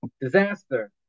disaster